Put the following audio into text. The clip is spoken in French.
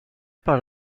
par